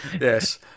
yes